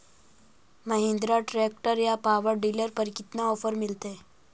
Mahindra tractor या power dealer पर कितना ओफर मीलेतय?